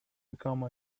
become